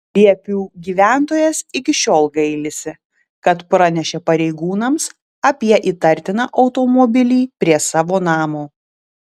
liepių gyventojas iki šiol gailisi kad pranešė pareigūnams apie įtartiną automobilį prie savo namo